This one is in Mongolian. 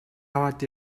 аваад